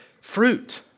Fruit